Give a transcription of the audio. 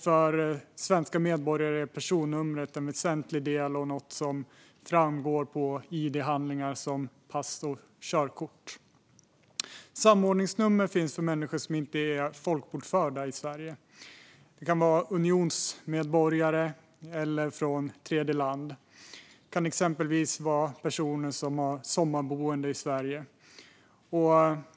För svenska medborgare är personnumret något väsentligt som framgår av id-handlingar som pass och körkort. Samordningsnummer finns för människor som inte är folkbokförda i Sverige. Det kan vara unionsmedborgare eller personer från tredjeland. Det kan exempelvis vara personer som har sommarboende i Sverige.